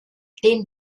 den